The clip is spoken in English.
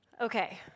Okay